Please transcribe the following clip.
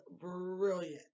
brilliant